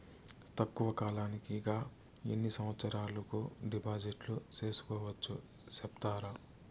తక్కువ కాలానికి గా ఎన్ని సంవత్సరాల కు డిపాజిట్లు సేసుకోవచ్చు సెప్తారా